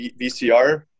VCR